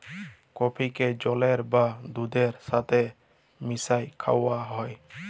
কফিকে জলের বা দুহুদের ছাথে মিশাঁয় খাউয়া হ্যয়